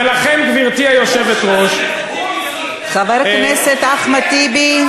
ולכן, גברתי היושבת-ראש חבר הכנסת אחמד טיבי.